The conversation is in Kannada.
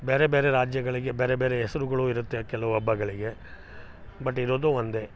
ಬೇರೆ ಬೇರೆ ರಾಜ್ಯಗಳಿಗೆ ಬೇರೆ ಬೇರೆ ಹೆಸ್ರುಗುಳು ಇರುತ್ತೆ ಕೆಲವು ಹಬ್ಬಗಳಿಗೆ ಬಟ್ ಇರೋದು ಒಂದೇ